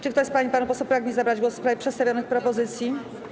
Czy ktoś z pań i panów posłów pragnie zabrać głos w sprawie przedstawionych propozycji?